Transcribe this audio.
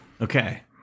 Okay